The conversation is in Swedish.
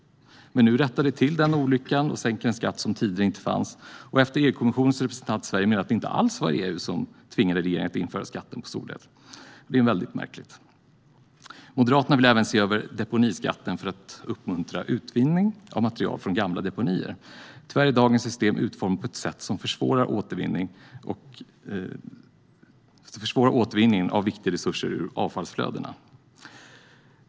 Nu rättar man till olyckan och sänker en skatt som tidigare inte fanns, sedan EU-kommissionens representant i Sverige sagt att det inte alls var EU som tvingade regeringen att införa skatten på solel. Detta är väldigt märkligt. Moderaterna vill även se över deponiskatten för att uppmuntra utvinning av material från gamla deponier. Tyvärr är dagens system utformat på ett sätt som försvårar återvinning av viktiga resurser ur avfallsflödena.